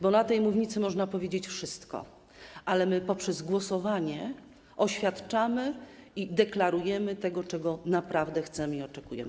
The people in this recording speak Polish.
Bo na tej mównicy można powiedzieć wszystko, ale my, poprzez głosowanie oświadczamy i deklarujemy, czego naprawdę chcemy i oczekujemy.